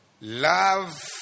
Love